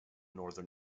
northern